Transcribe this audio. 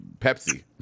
Pepsi